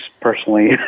Personally